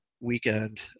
weekend